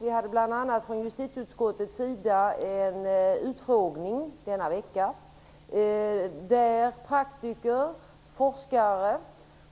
I justitieutskottet hade vi denna vecka en utfrågning där praktiker, forskare